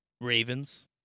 Ravens